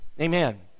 amen